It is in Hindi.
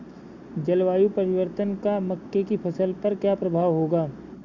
जलवायु परिवर्तन का मक्के की फसल पर क्या प्रभाव होगा?